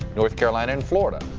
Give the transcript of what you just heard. north carolina and florida.